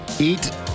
Eat